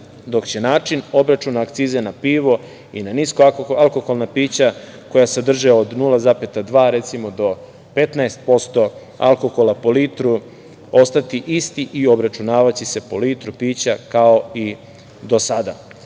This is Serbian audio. dok će način obračuna akzice na pivo i na nisko alkoholna pića koja sadrže od 0,2 do 15% alkohola po litru ostati isti i obračunavaće se po litru pića, kao i do sada. Pošto